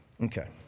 Okay